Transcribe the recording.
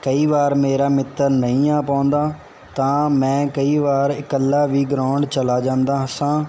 ਕਈ ਵਾਰ ਮੇਰਾ ਮਿੱਤਰ ਨਹੀਂ ਆ ਪਾਉਂਦਾ ਤਾਂ ਮੈਂ ਕਈ ਵਾਰ ਇਕੱਲਾ ਵੀ ਗਰਾਊਂਡ ਚਲਾ ਜਾਂਦਾ ਸਾਂ